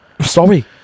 Sorry